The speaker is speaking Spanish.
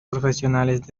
profesionales